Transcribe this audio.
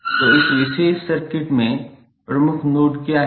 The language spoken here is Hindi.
तो इस विशेष सर्किट में प्रमुख नोड क्या हैं